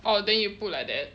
oh then you put like that